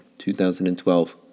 2012